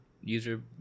user